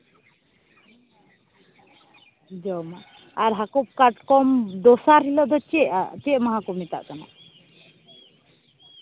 ᱡᱚᱢᱟᱜ ᱟᱨ ᱦᱟᱹᱠᱩ ᱠᱟᱴᱠᱚᱢ ᱫᱚᱥᱟᱨ ᱦᱤᱞᱟᱹᱜ ᱫᱚ ᱪᱮᱫ ᱟᱜ ᱪᱮᱫ ᱢᱟᱦᱟ ᱠᱚ ᱢᱮᱛᱟᱜ ᱠᱟᱱᱟ